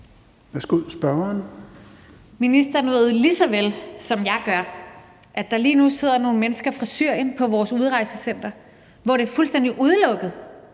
Rosa Lund (EL): Ministeren ved jo lige så vel, som jeg gør, at der lige nu sidder nogle mennesker fra Syrien på vores udrejsecentre, hvor det er fuldstændig udelukket,